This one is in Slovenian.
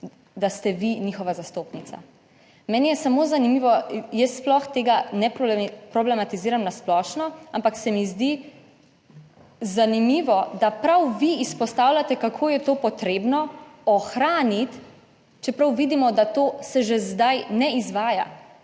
da ste vi njihova zastopnica. Meni je samo zanimivo, jaz sploh tega ne problematiziram. Na splošno, ampak se mi zdi zanimivo, da prav vi izpostavljate kako je to potrebno ohraniti, čeprav vidimo, da to se že zdaj ne izvaja